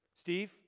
Steve